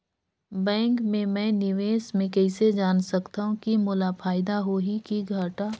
Bank मे मैं निवेश मे कइसे जान सकथव कि मोला फायदा होही कि घाटा?